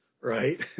right